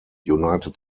united